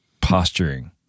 posturing